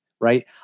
right